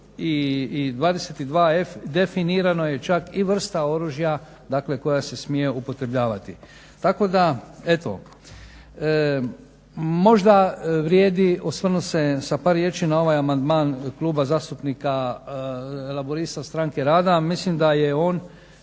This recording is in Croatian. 22f. definirano je čak i vrsta oružja, dakle koja se smije upotrebljavati. Tako da eto, možda vrijedi osvrnut se sa par riječi na ovaj amandman Kluba zastupnika Laburista – stranke rada. Mislim da je on,